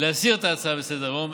להסיר את ההצעה מסדר-היום,